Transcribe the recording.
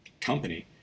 company